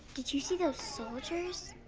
did you see those soldiers?